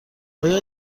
آیا